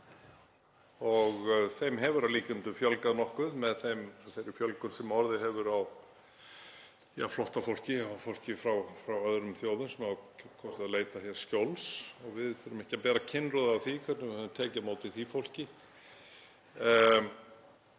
Þeim hefur fjölgað nokkuð með þeirri fjölgun sem orðið hefur á flóttafólki og fólki frá öðrum þjóðum sem hefur kosið að leita hér skjóls og við þurfum ekki að bera kinnroða af því hvernig við höfum tekið á móti því fólki.